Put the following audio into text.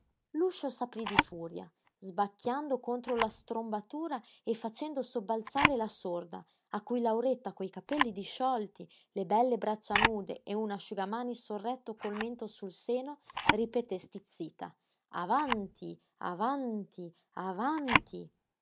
l'uscio s'aprí di furia sbacchiando contro la strombatura e facendo sobbalzare la sorda a cui lauretta coi capelli disciolti le belle braccia nude e un asciugamani sorretto col mento sul seno ripeté stizzita avanti avanti avanti